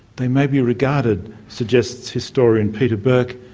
they may be regarded, suggests historian peter burke,